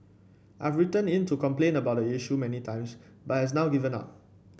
I've written in to complain about the issue many times but has now given up